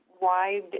wide